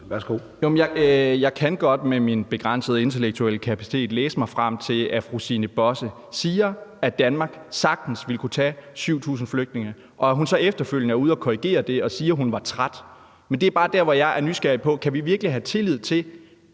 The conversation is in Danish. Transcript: Jo, jeg kan godt med min begrænsede intellektuelle kapacitet læse mig frem til, at fru Stine Bosse siger, at Danmark sagtens ville kunne tage 7.000 flygtninge, og at hun så efterfølgende er ude at korrigere det og siger, at hun var træt. Men det er bare der, hvor jeg er nysgerrig på: Kan vi virkelig have tillid til